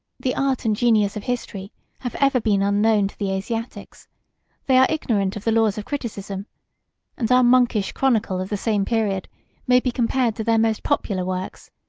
the art and genius of history have ever been unknown to the asiatics they are ignorant of the laws of criticism and our monkish chronicle of the same period may be compared to their most popular works,